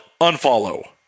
unfollow